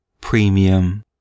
premium